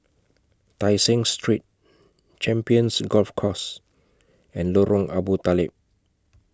Tai Seng Street Champions Golf Course and Lorong Abu Talib